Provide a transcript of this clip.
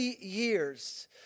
years